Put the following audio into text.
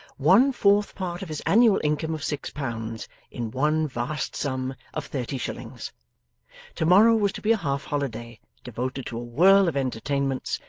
one fourth part of his annual income of six pounds in one vast sum of thirty shillings to-morrow was to be a half-holiday devoted to a whirl of entertainments,